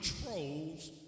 controls